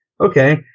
Okay